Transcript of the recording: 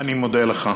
אני מודה לך.